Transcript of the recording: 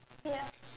ya